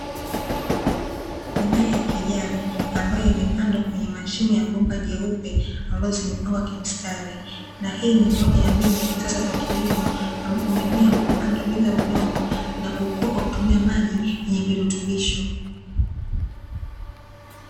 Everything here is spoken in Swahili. Mimea ya kijani ambayo imepandwa kwenye mashimo ya bomba jeupe ambazo zimepangwa kimstari na hii ni moja ya mbinu za kisasa za kilimo ambapo mimea hupandwa bila udongo na hukua kwa kutumia maji yenye virutubisho.